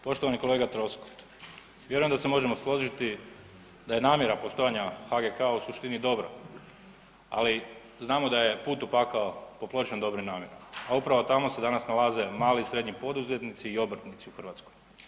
Poštovani kolega Troskot vjerujem da se možemo složiti da je namjera postojanja HGK u suštini dobra, ali znamo da je put u pakao popločen dobrim namjerama, a upravo tamo se danas nalaze mali i srednji poduzetnici i obrtnici u Hrvatskoj.